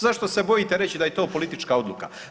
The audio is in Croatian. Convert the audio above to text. Zašto se bojite reći da je to politička odluka?